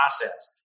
process